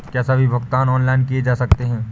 क्या सभी भुगतान ऑनलाइन किए जा सकते हैं?